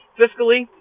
fiscally